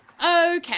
okay